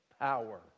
power